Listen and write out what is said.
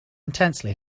intensely